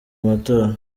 amatora